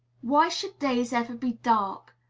why should days ever be dark,